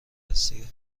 هستی